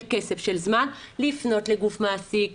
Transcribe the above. כסף וזמן לפנות לגוף מעסיק,